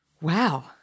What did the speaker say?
Wow